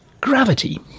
gravity